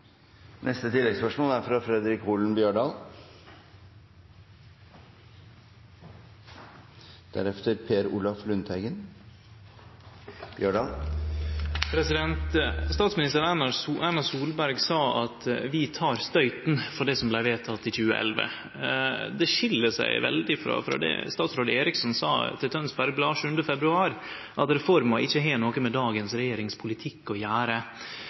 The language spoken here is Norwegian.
Fredric Holen Bjørdal – til oppfølgingsspørsmål. Statsminister Erna Solberg sa at regjeringa tek støyten for det som vart vedteke i 2011. Det skil seg veldig frå det statsråd Eriksson sa til Tønsbergs Blad 7. februar, at reforma ikkje har noko med politikken til dagens regjering å gjere.